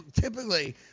typically